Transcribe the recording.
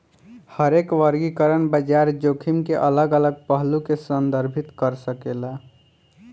हरेक वर्गीकरण बाजार जोखिम के अलग अलग पहलू के संदर्भित कर सकेला